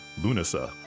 Lunasa